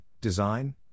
design